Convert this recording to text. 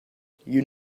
you